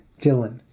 Dylan